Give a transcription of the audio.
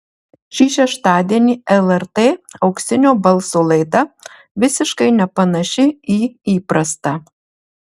šį šeštadienį lrt auksinio balso laida visiškai nepanaši į įprastą